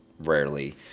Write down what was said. Rarely